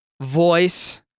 voice